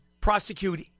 prosecute